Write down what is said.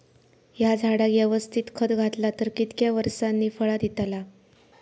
हया झाडाक यवस्तित खत घातला तर कितक्या वरसांनी फळा दीताला?